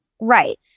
Right